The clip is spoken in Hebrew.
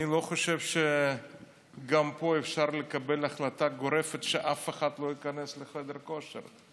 אני לא חושב שגם פה אפשר לקבל החלטה גורפת שאף אחד לא ייכנס לחדר כושר,